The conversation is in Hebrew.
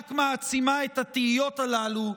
רק מעצימה את התהיות הללו.